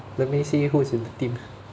let me see who is in the team